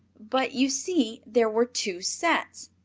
but, you see, there were two sets.